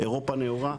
אירופה הנאורה?